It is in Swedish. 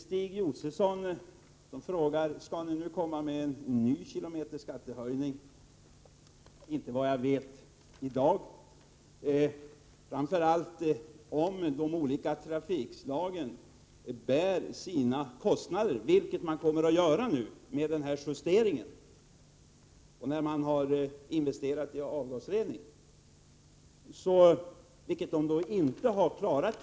Stig Josefson frågade om vi kommer att föreslå en ny höjning av kilometerskatten. Mitt svar är: Inte såvitt jag vet i dag, framför allt inte om de olika trafikslagen bär sina kostnader, vilket de kommer att göra nu när denna justering sker och när det har skett en investering i avgasrening.